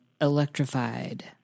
electrified